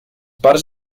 parts